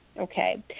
Okay